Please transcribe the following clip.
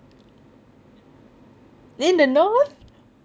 in the north